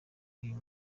uyu